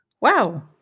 wow